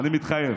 אני מתחייב.